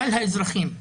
כלל האזרחים,